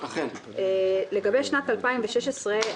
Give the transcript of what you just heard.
לגבי שנת 2016,